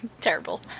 terrible